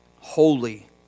holy